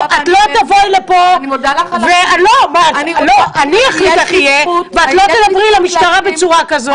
את לא תבואי לפה ואת לא תדברי למשטרה בצורה כזאת,